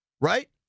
right